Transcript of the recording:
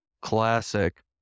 classic